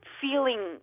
feeling